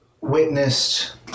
witnessed